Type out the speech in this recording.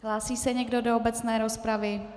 Hlásí se někdo do obecné rozpravy?